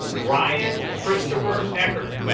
ryan christopher ogre